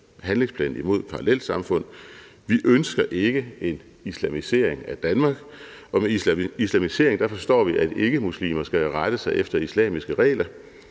handlingsplanen imod parallelsamfund. Vi ønsker ikke en islamisering af Danmark, og ved en islamisering forstår vi, at ikkemuslimer skal rette sig efter islamiske regler.